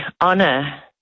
honor